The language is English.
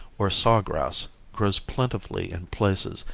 or saw-grass, grows plentifully in places,